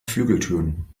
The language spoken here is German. flügeltüren